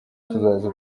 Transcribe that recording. tuzaza